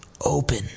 open